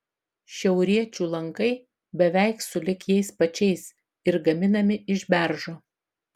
šiauriečių lankai beveik sulig jais pačiais ir gaminami iš beržo